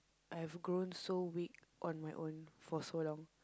I've grown so weak on my own for so long